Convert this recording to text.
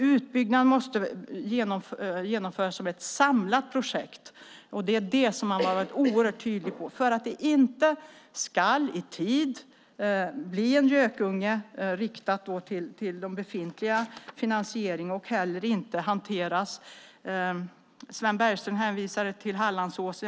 Utbyggnaden måste genomföras som ett samlat projekt. Det har man varit oerhört tydlig med för att det i tid inte ska bli en gökunge, riktat till de befintliga finansieringarna. Sven Bergström hänvisade till Hallandsåsen.